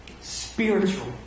Spiritual